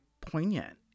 poignant